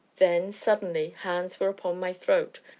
then, suddenly, hands were upon my throat,